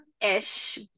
ish